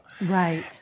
Right